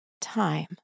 time